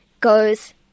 goes